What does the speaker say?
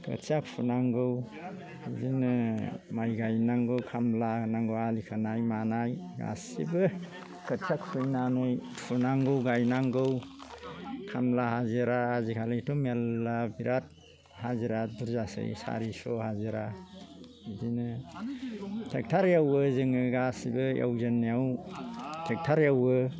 खोथिया फुनांगौ बिदिनो माइ गायनांगौ खामला होनांगौ आलि खोनाइ मानाइ गासिबो खोथिया फुनांगौ गायनांगौ खामला हाजिरा आजिखालिथ' मेरला बिराद हाजिराया बुरजासै सारिस' हाजिरा बिदिनो ट्रेक्टरयावबो जोङो गासिबो एवजेननायाव ट्रेक्टरएवो